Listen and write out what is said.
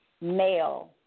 male